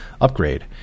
upgrade